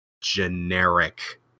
generic